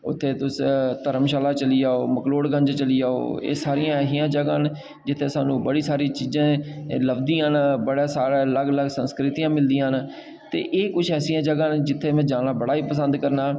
उत्थै तुस धर्मशाला चली जाओ मकलोड़गंज चली जाओ एह् सारियां ऐसियां जगहां न जित्थै स्हान्नूं बड़ी सारियां चीजां लभदियां न साढ़ै अलग अलग सस्कृतियां मिलदियां न ते एह् किश ऐसियां जगहां न जित्थै में जाना बड़ा ई पसंद करना